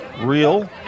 real